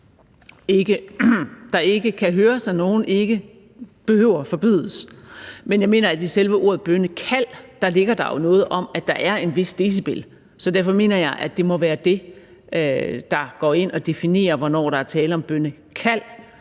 der ikke kan høres af nogen, ikke behøver forbydes. Men jeg mener, at der i selve ordet bønnekald jo ligger, at der er tale om en vis decibel, så derfor mener jeg, det må være det, der går ind og definerer, hvornår der er tale om et bønnekald